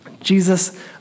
Jesus